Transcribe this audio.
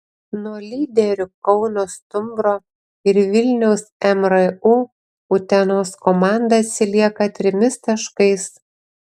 nuo lyderių kauno stumbro ir vilniaus mru utenos komanda atsilieka trimis taškais